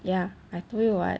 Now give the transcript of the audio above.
yeah I told you [what]